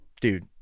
dude